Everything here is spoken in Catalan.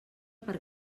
per